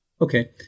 Okay